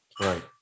Right